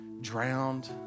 drowned